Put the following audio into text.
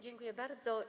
Dziękuję bardzo.